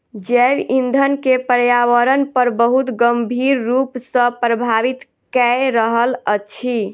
जैव ईंधन के पर्यावरण पर बहुत गंभीर रूप सॅ प्रभावित कय रहल अछि